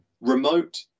remote